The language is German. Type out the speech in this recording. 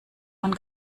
man